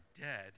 dead